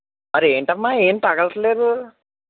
అరే ఏంటమ్మా ఏం తగలటల్లేదు